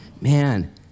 Man